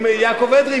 עם יעקב אדרי,